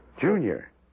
Junior